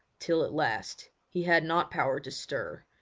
till at last he had not power to stir,